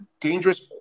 dangerous